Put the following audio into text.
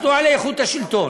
התנועה לאיכות השלטון,